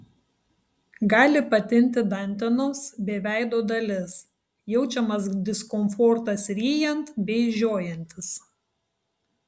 gali patinti dantenos bei veido dalis jaučiamas diskomfortas ryjant bei žiojantis